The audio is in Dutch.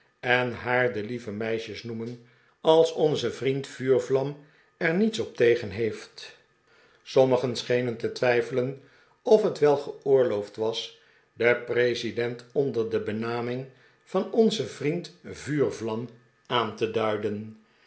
en haar de lieve meisjes noemen als onze vriend vuurvlam er niets op tegen heeft sommigen schenen te twijfelen of het wel geoorloofd was den president onder de benaming van onze vriend vuurvlam aan te duidenj